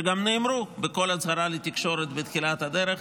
שגם נאמרו בכל הצהרה לתקשורת בתחילת הדרך,